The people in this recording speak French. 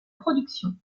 production